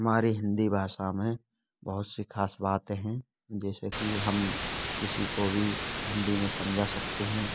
हमारी हिंदी भाषा में बहुत सी खास बातें है जैसे की हम किसी को भी हिंदी में समझ सकते हैं